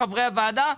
חברי הוועדה,